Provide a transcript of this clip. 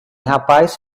rapaz